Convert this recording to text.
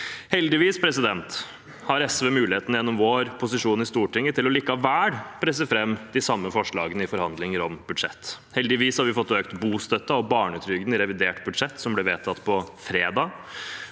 Heldigvis har SV muligheten gjennom vår posisjon i Stortinget til likevel å presse fram de samme forslagene i forhandlinger om budsjettet. Heldigvis har vi fått økt bostøtten og barnetrygden i revidert budsjett, som blir vedtatt på fredag.